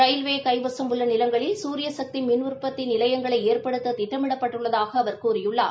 railway கைவசம் உள்ள நிலங்களில் குரியசக்தி மின் உற்பத்தி நிலையங்களை ஏற்படுத்த திட்டமிடப்பட்டுள்ளதாக அவர் கூறியுள்ளார்